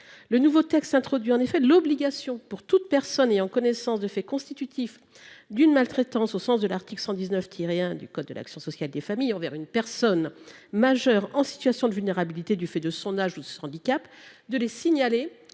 Le nouveau texte introduit en effet l’obligation pour toute personne ayant connaissance de faits constitutifs d’une maltraitance, au sens de l’article L. 119 1 du même code, envers une personne majeure en situation de vulnérabilité du fait de son âge ou de son handicap, de les signaler